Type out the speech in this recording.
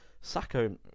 Sacco